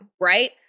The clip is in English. right